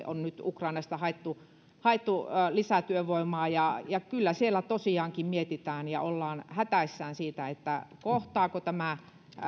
on nyt ukrainasta haettu haettu lisätyövoimaa ja ja kyllä siellä tosiaankin mietitään ja ollaan hätäissään siitä kohtaavatko